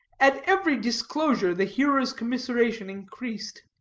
at every disclosure, the hearer's commiseration increased.